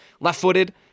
Left-footed